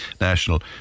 National